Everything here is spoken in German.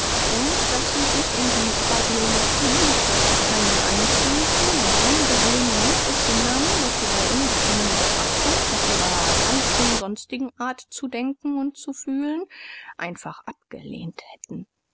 und daß sie sich in die phraseologie dieser parteien einfühlten u unbesehen manches hinnahmen was sie bei unbefangener betrachtung nach ihrer ganzen sonstigen art zu denken u zu fühlen einfach abgelehnt hätten